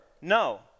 No